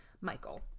Michael